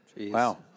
Wow